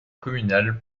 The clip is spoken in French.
communal